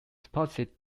deposits